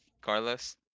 Carlos